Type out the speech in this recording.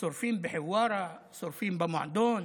שורפים בחווארה, שורפים במועדון.